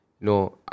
no